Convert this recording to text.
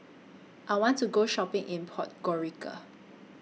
I want to Go Shopping in Podgorica